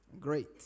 Great